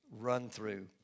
run-through